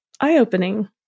eye-opening